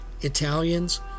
Italians